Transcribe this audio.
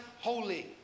holy